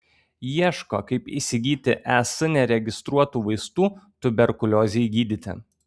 ieško kaip įsigyti es neregistruotų vaistų tuberkuliozei gydyti